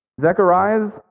Zechariah